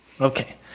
Okay